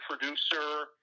producer